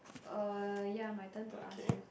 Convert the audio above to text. uh ya my turn to ask you